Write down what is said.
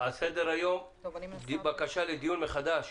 על סדר היום בקשה לדיון מחדש